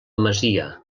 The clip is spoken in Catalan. masia